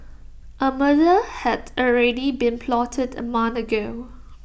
A murder had already been plotted A month ago